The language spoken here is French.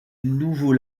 nouveau